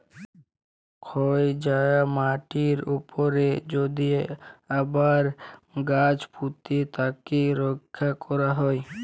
ক্ষয় যায়া মাটির উপরে যদি আবার গাছ পুঁতে তাকে রক্ষা ক্যরা হ্যয়